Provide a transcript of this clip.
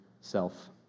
self